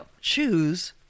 Choose